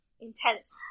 intense